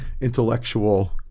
intellectual